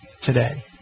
today